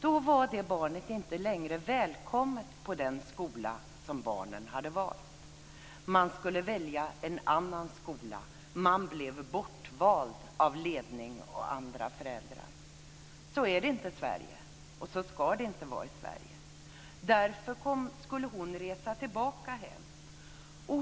Därför var det barnet inte längre välkommet på den skola som man hade valt. Man skulle välja en annan skola. Man blev bortvald av ledning och andra föräldrar. Så är det inte i Sverige, och så ska det inte vara i Sverige. Därför skulle mamman resa tillbaka hem.